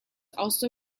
also